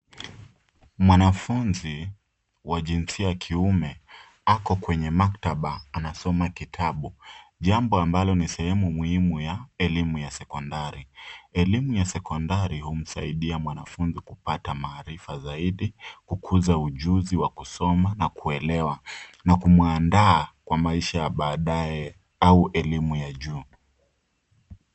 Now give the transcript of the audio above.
Mwanafunzi wa jinsia ya kiume ako kwenye maktaba anasoma kitabu jambo ambalo ni sehemu muhimu ya elimu ya sekondari. Elimu ya sekondari humsaidia mwanafunzi kupata maarifa zaidi, kukuza uchuzi wa kusoma na kuelewa na kumandaa kwa maisha ya baadaye au elimu ya juu.